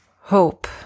Hope